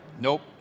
Nope